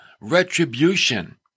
retribution